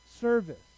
service